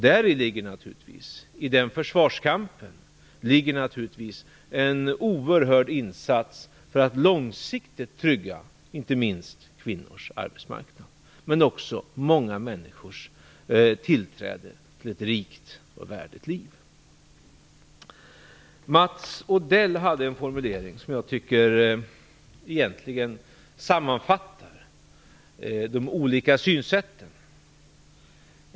Denna förvarskamp förutsätter naturligtvis en oerhörd insats för att långsiktigt trygga arbetsmarknaden, inte minst för kvinnorna, och för att många människor skall få tillträde till ett rikt och värdigt liv. Mats Odell hade en formulering som jag egentligen tycker sammanfattar de olika synsätten.